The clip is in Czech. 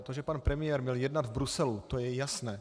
To, že pan premiér měl jednat v Bruselu, to je jasné.